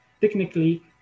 technically